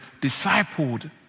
discipled